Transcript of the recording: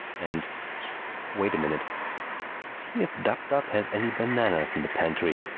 and wait a minute see if dab-dab has any bananas in the pan-try.